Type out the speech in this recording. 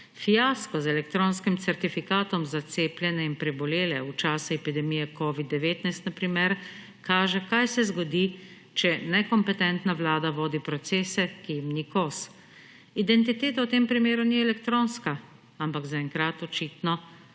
Fiasko z elektronskim certifikatom za cepljene in prebolele v času epidemije covida-19, na primer, kaže, kaj se zgodi, če nekompetentna vlada vodi procese, ki jim ni kos. Identiteta v tem primeru ni elektronska, ampak zaenkrat očitno